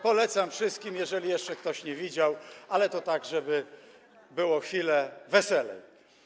Polecam wszystkim, jeżeli jeszcze ktoś nie widział, ale to żeby było przez chwilę weselej.